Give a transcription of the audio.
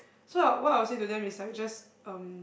so I what I would say to them is just um